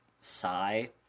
sigh